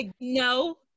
no